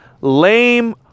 lame